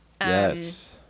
yes